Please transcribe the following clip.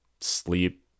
sleep